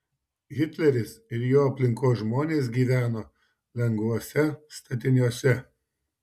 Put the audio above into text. hitleris ir jo aplinkos žmonės gyveno lengvuose statiniuose